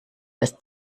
dass